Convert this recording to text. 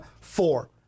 four